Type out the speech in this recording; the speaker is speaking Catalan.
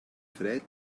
fred